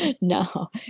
No